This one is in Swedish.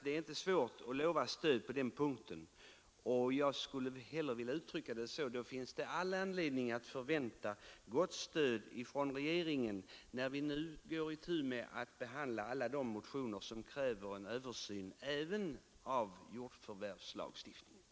Det är inte svårt att lova stöd på den punkten; och jag skulle hellre vilja uttrycka saken så, att det då finns all anledning att förvänta gott stöd från regeringen när vi snart tar itu med att behandla alla de motioner som kräver en översyn även av jordförvärvslagstiftningen.